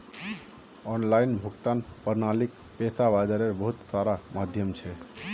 online भुगतान प्रणालीक पैसा बाजारेर बहुत सारा माध्यम छेक